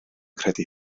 credu